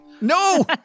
No